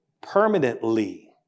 permanently